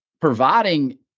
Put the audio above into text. providing